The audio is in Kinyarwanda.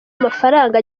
amafaranga